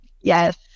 Yes